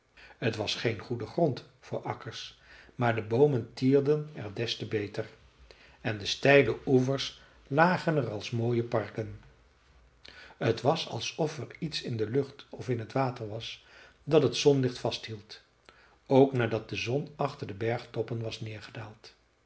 t was geen goede grond voor akkers maar de boomen tierden er des te beter en de steile oevers lagen er als mooie parken t was alsof er iets in de lucht of in t water was dat het zonlicht vasthield ook nadat de zon achter de bergtoppen was neergedaald